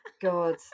God